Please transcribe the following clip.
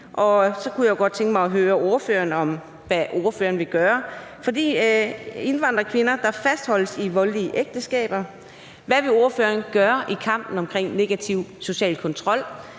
Og så kunne jeg godt tænke mig at høre ordføreren om, hvad ordføreren vil gøre for de indvandrerkvinder, der fastholdes i voldelige ægteskaber. Hvad vil ordføreren gøre i kampen mod negativ social kontrol?